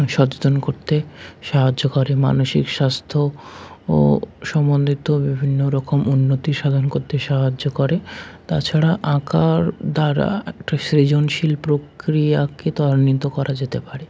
সচেতন করতে সাহায্য করে মানসিক স্বাস্থ্য ও সম্বন্ধিত বিভিন্ন রকম উন্নতি সাধন করতে সাহায্য করে তাছাড়া আঁকার দ্বারা একটা সৃজনশীল প্রক্রিয়াকে ত্বরান্বিত করা যেতে পারে